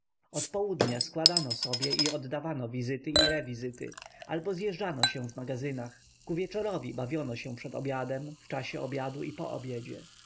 od południa składano sobie i oddawano wizyty i rewizyty albo zjeżdżano się w magazynach ku wieczorowi bawiono się przed obiadem w czasie obiadu i po obiedzie